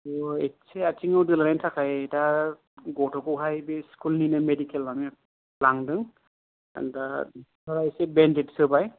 बावहाय एसे आथिं आव दोलानायनि थाखाय दा गथ'खौहाय बे स्कुलनिनो मेदिकेल लांङो लांदों आमफाय दा एसे बेनदेद होबाय